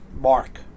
Mark